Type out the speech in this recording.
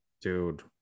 dude